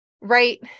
right